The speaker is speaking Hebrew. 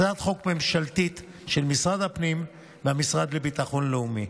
הצעת חוק ממשלתית של משרד הפנים והמשרד לביטחון לאומי.